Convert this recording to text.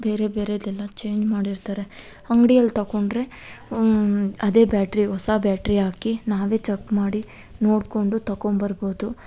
ಬೇರೆ ಬೇರೆದೆಲ್ಲ ಚೇಂಜ್ ಮಾಡಿರ್ತಾರೆ ಅಂಗ್ಡಿಯಲ್ಲಿ ತೊಕೊಂಡ್ರೆ ಅದೇ ಬ್ಯಾಟ್ರಿ ಹೊಸ ಬ್ಯಾಟ್ರಿ ಹಾಕಿ ನಾವೇ ಚೆಕ್ ಮಾಡಿ ನೋಡಿಕೊಂಡು ತೊಕೊಂಬರ್ಬೌದು